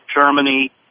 Germany